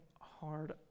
hard